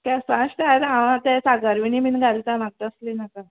केंस फास्ट हाड आं हांव आतां हे सागर विनी बीन घालता म्हाका तसली नाका